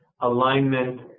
alignment